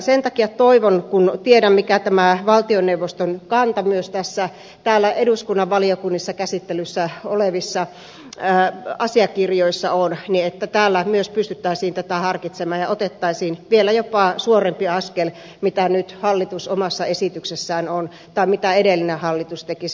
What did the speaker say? sen takia toivon kun tiedän mikä tämä valtioneuvoston kanta myös eduskunnan valiokunnissa käsittelyssä olevissa asiakirjoissa on että täällä myös pystyttäisiin tätä harkitsemaan ja otettaisiin vielä jopa suorempi askel mitä nyt hallitus omassa esityksessään on ottanut tai mitä edellinen hallitus tekisi